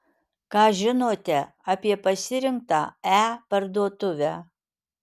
ką žinote apie pasirinktą e parduotuvę